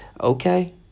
Okay